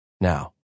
now